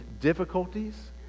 difficulties